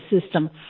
system